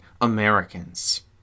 Americans